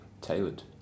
tailored